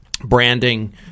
branding